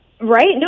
right